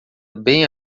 bem